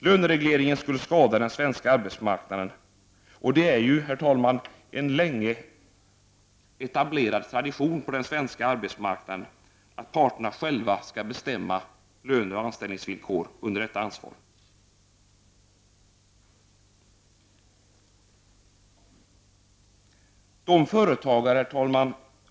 Löneregleringen skulle skada den svenska arbetsmarknaden, och det är ju, herr talman, en länge etablerad tradition på den svenska arbetsmarknaden att parterna själva skall bestämma löner och anställningsvillkor under detta ansvar. Herr talman!